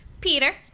Peter